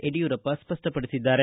ಯಡಿಯೂರಪ್ಪ ಸ್ಪಷ್ಟಪಡಿಸಿದ್ದಾರೆ